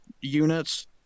units